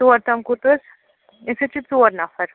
تور تام کوٗت حظ أسۍ حظ چھِ ژور نَفر